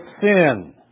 sin